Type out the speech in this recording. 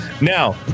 Now